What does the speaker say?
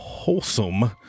Wholesome